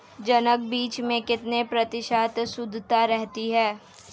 जनक बीज में कितने प्रतिशत शुद्धता रहती है?